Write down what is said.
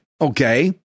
okay